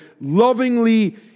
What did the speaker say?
lovingly